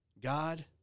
God